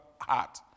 heart